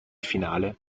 finale